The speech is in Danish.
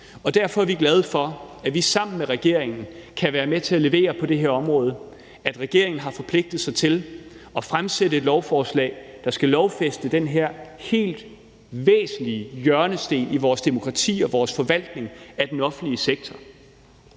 Derfor er vi glade for, at vi sammen med regeringen kan være med til at levere på det her område, at regeringen har forpligtet sig til at fremsætte et lovforslag, der skal lovfæste den her helt væsentlige hjørnesten i vores demokrati og vores forvaltning af den offentlige sektor.